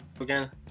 again